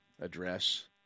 address